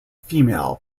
female